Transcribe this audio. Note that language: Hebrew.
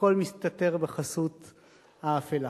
הכול מסתתר בחסות האפלה.